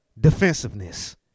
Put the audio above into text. Defensiveness